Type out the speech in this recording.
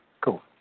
cool